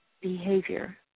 behavior